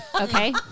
Okay